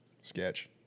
Sketch